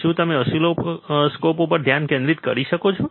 શું તમે ઓસિલોસ્કોપ પર ધ્યાન કેન્દ્રિત કરી શકો છો